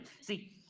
See